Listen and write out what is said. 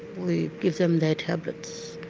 we give them their tablets,